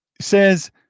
says